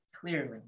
Clearly